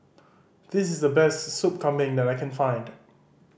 this is the best Sup Kambing that I can find